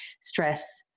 stress